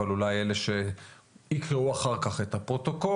אבל אולי אלה שיקראו אחר כך את הפרוטוקול,